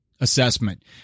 assessment